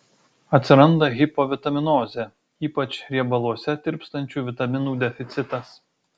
atsiranda hipovitaminozė ypač riebaluose tirpstančių vitaminų deficitas